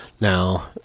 Now